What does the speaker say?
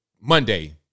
Monday